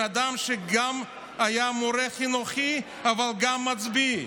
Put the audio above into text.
בן אדם שגם היה מורה חינוכי, אבל גם מצביא,